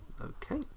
Okay